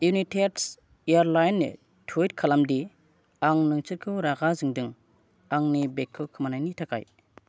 इउनिटेडस airline नो टुइट खालामदि आं नोंसोरखौ रागा जोंदों आंनि बेगखौ खोमानायनि थाखाय